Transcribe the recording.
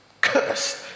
Cursed